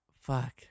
fuck